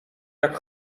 jak